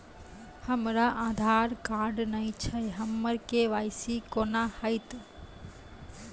हमरा आधार कार्ड नई छै हमर के.वाई.सी कोना हैत?